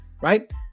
Right